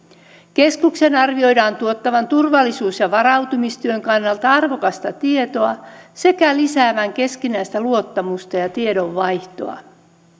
keskuksen arvioidaan tuottavan turvallisuus ja varautumistyön kannalta arvokasta tietoa sekä lisäävän keskinäistä luottamusta ja tiedonvaihtoa